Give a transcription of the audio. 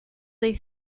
they